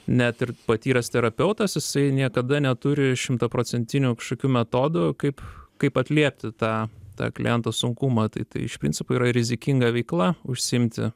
net ir patyręs terapeutas jisai niekada neturi šimtaprocentinių kažkokių metodų kaip kaip atliepti tą tą kliento sunkumą tai iš principo yra rizikinga veikla užsiimti